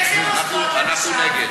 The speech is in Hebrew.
איזה מוסדות, למשל?